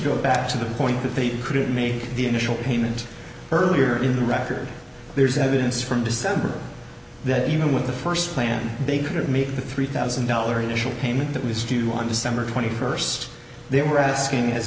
go back to the point that they couldn't make the initial payment earlier in the record there's evidence from december that even with the first plan they could make the three thousand dollars initial payment that was due on december twenty first they were asking as